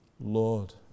Lord